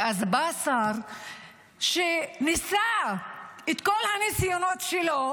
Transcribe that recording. ואז בא שר שניסה את כל הניסיונות שלו